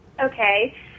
Okay